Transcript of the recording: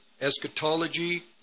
eschatology